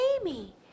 Amy